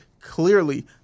clearly